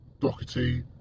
Doherty